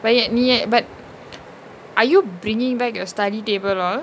why ah நீயே:neeye but are you bringing back your study table all